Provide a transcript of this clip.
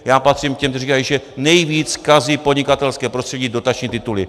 Já patřím k těm, kteří říkají, že nejvíc kazí podnikatelské prostředí dotační tituly.